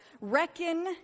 reckon